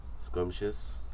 scrumptious